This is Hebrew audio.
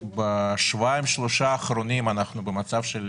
בשבועיים, שלושה האחרונים אנחנו במצב של